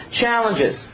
challenges